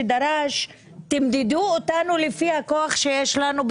שדרש תמדדו אותנו לפי הכוח שיש לנו,